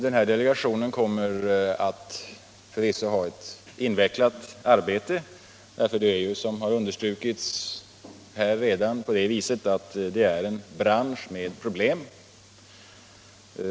Denna delegation kommer förvisso att ha ett invecklat arbete. Det gäller ju, som här redan har understrukits, en bransch med problem.